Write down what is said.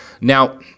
Now